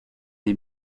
les